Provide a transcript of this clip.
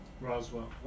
Roswell